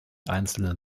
einzelnen